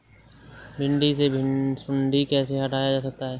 भिंडी से सुंडी कैसे हटाया जा सकता है?